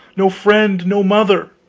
no friend, no mother